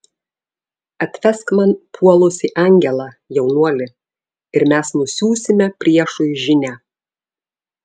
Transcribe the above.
atvesk man puolusį angelą jaunuoli ir mes nusiųsime priešui žinią